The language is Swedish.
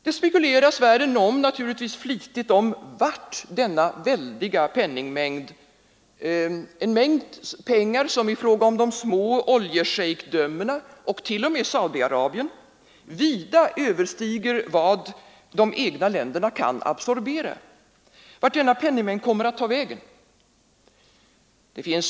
Det spekuleras naturligtvis världen över flitigt om vart denna väldiga penningmängd, som i fråga om de små oljeschejkdömena och t.o.m. Saudi-Arabien vida överstiger vad de egna länderna kan absorbera, kommer att ta vägen.